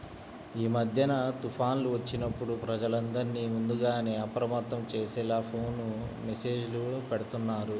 యీ మద్దెన తుఫాన్లు వచ్చినప్పుడు ప్రజలందర్నీ ముందుగానే అప్రమత్తం చేసేలా ఫోను మెస్సేజులు బెడతన్నారు